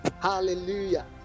hallelujah